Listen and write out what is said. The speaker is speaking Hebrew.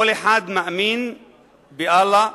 כל אחד מאמין באללה,